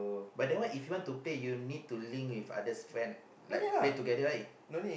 but that one if you want to play you need to link with others friend like play together right